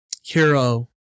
Hero